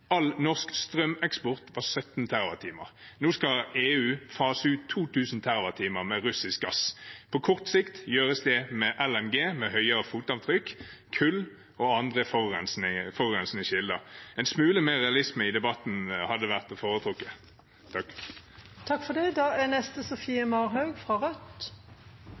all norsk strømeksport var 17 TWh. Nå skal EU fase ut 2 000 TWh med russisk gass. På kort sikt gjøres det med LNG, med høyere fotavtrykk, kull og andre forurensende kilder. En smule mer realisme i debatten hadde vært å foretrekke. Sist jeg sjekket, produserte ikke sykler olje og gass. Det er